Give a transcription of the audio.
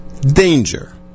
Danger